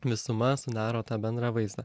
visuma sudaro tą bendrą vaizdą